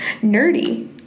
nerdy